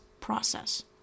process